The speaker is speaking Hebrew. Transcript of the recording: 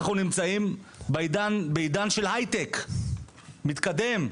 אנחנו נמצאים בעידן של הייטק מתקדם,